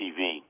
TV